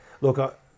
Look